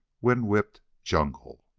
wind-whipped jungle.